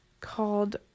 called